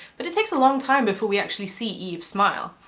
but it takes a long time before we actually see eve smile,